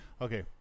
Okay